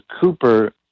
Cooper